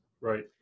Right